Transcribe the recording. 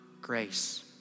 grace